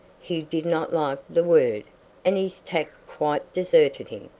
he did not like the word and his tact quite deserted him.